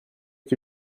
que